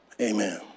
Amen